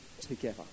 together